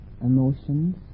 emotions